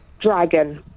Dragon